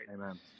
Amen